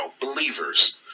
believers